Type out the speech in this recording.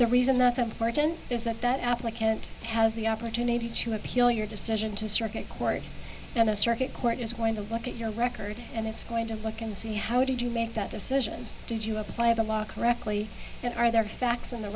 the reason that's important is that that applicant has the opportunity to appeal your decision to circuit court now the circuit court is going to look at your record and it's going to look and see how did you make that decision did you apply the law correctly and are there facts in the